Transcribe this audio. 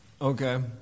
Okay